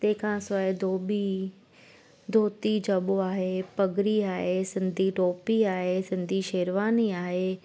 तंहिं खां सवाइ धोबी धोती झॿो आहे पगरी आहे सिंधी टोपी आहे सिंधी शेरवानी आहे